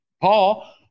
Paul